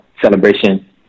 celebration